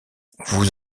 vous